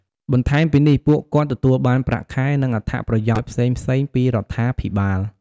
បន្ថែមពីនេះ ពួកគាត់ទទួលបានប្រាក់ខែ និងអត្ថប្រយោជន៍ផ្សេងៗពីរដ្ឋាភិបាល។